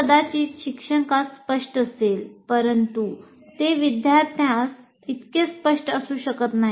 हे कदाचित शिक्षकास स्पष्ट असेल परंतु ते विद्यार्थ्यास इतके स्पष्ट असू शकत नाही